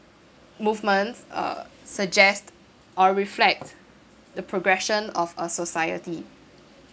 movements uh suggest or reflect the progression of a society